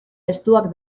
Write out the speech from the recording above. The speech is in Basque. testuak